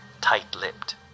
tight-lipped